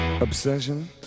obsession